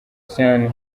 sean